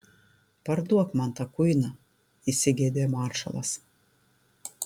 parduok man tą kuiną įsigeidė maršalas